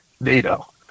NATO